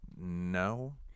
No